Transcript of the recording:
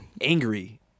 angry